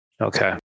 okay